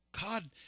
God